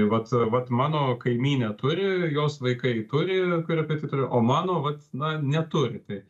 vat vat mano kaimynė turi jos vaikai turi korepetitorių o mano vat na neturi tai